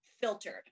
filtered